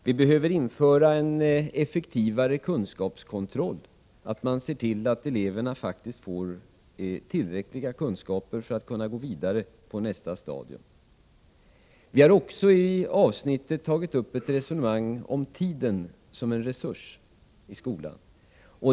Vi behöver införa en effektivare kunskapskontroll. Vi måste se till att eleverna får tillräckliga kunskaper för att kunna gå vidare till nästa stadium. Vi har i detta avsnitt också tagit upp ett resonemang om tiden såsom en resurs i skolan.